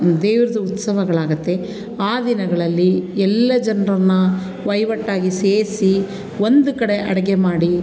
ದೇವ್ದು ಉತ್ಸವಗಳಾಗುತ್ತೆ ಆ ದಿನಗಳಲ್ಲಿ ಎಲ್ಲ ಜನರನ್ನ ಒಟ್ಟಾಗಿ ಸೇರಿಸಿ ಒಂದು ಕಡೆ ಅಡುಗೆ ಮಾಡಿ